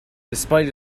despite